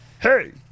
Hey